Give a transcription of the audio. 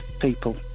people